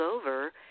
over